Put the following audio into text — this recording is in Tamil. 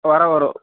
வரும் வரும்